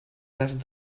les